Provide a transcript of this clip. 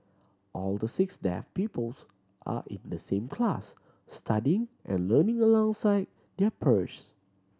all the six deaf pupils are in the same class studying and learning alongside their